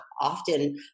often